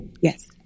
Yes